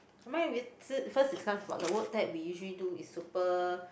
nevermind we first discuss about the work that we do is super